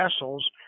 vessels